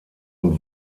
und